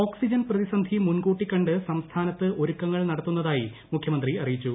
oxygen പ്രതിസന്ധി മുൻകൂട്ടിക്കണ്ട് സംസ്ഥാനത്ത് ഒരുക്കങ്ങൾ നടത്തുന്നതായി മുഖ്യമന്ത്രി അറിയിച്ചു